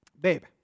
babe